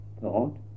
thought